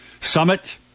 Summit